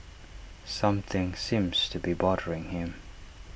something seems to be bothering him